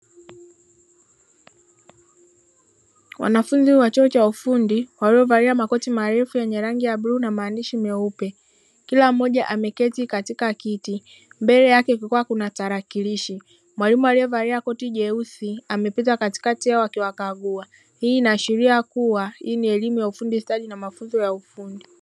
Wanafunzi wa chuo cha ufundi walio valia makoti marefu yenye rangi ya bluu na maandishi meupe kila mmoja ameketi katika kiti mbele yake kukiwa kuna tarakilishi, mwalimu aliye valia koti jeusi amepita katikati yao akiwakagua hii ina ashiria kuwa hii ni elimu ya ufundi stadi na mafunzo ya ufundi.